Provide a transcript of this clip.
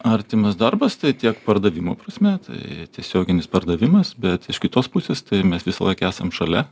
artimas darbas tai tiek pardavimų prasme tai tiesioginis pardavimas bet iš kitos pusės tai mes visąlaik esam šalia